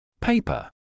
Paper